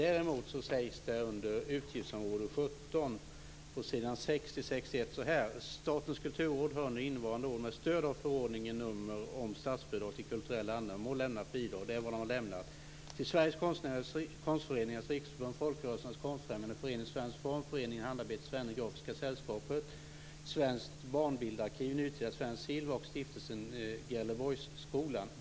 Däremot sägs det under utgiftsområde 17, på s. 60-61 så här: "Statens kulturråd har under innevarande år, med stöd av förordningen - om statsbidrag till kulturella ändamål, lämnat bidrag till Sveriges Gerlesborgsskolan.